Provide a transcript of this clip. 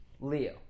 Leo